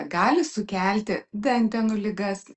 gali sukelti dantenų ligas